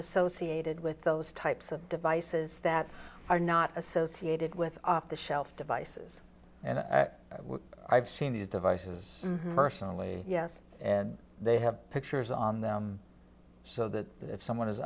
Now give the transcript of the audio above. associated with those types of devices that are not associated with off the shelf devices and i've seen these devices way yes and they have pictures on them so that if someone is